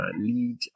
lead